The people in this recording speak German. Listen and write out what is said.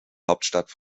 hauptstadt